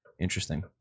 interesting